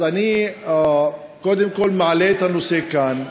אז קודם כול, אני מעלה את הנושא כאן.